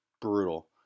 brutal